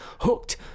hooked